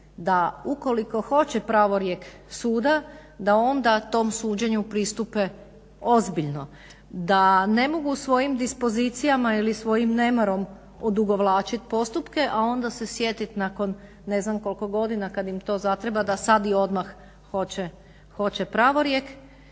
da ukoliko hoće pravorijek suda da onda tom suđenju pristupe ozbiljno, da ne mogu svojim dispozicijama ili svojim nemarom odugovlačit postupke, a onda se sjetit nakon ne znam koliko godina kad im to zatreba da sad i odmah hoće pravorijek